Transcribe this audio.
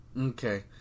Okay